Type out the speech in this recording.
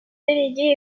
délégué